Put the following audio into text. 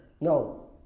No